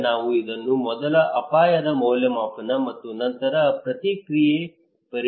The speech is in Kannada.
ಈಗ ನಾವು ಇದನ್ನು ಮೊದಲು ಅಪಾಯದ ಮೌಲ್ಯಮಾಪನ ಮತ್ತು ನಂತರ ಪ್ರತಿಕ್ರಿಯೆ ಪರಿಣಾಮಕಾರಿತ್ವ ಎಂದು ಕರೆಯುತ್ತೇವೆ